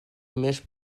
més